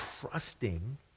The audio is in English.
trusting